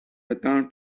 return